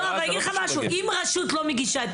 אני אגיד לך משהו: אם רשות לא מגישה את